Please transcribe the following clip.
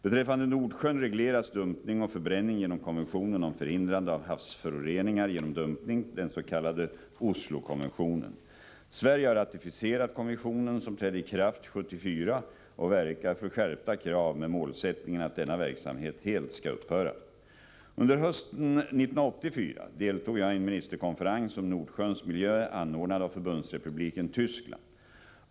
Beträffande Nordsjön regleras dumpning och förbränning genom konventionen om förhindrande av havsföroreningar genom dumpning, den s.k. Oslokonventionen. Sverige har ratificerat konventionen, som trädde i kraft 1974, och verkar för skärpta krav med målsättningen att denna verksamhet helt skall upphöra. Under hösten 1984 deltog jag i en ministerkonferens om Nordsjöns miljö anordnad av förbundsrepubliken Tyskland.